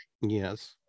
Yes